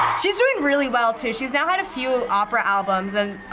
she's doing really well, too. she's now had a few opera albums, and ah,